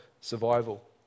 survival